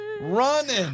Running